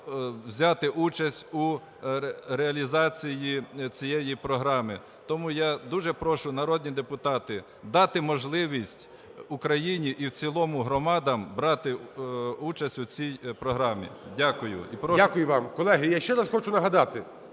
взяти участь у реалізації цієї програми. Тому я дуже прошу, народні депутати, дати можливість Україні і в цілому громадам брати участь у цій програмі. Дякую. І прошу... ГОЛОВУЮЧИЙ. Дякую вам. Колеги, я ще раз хочу нагадати,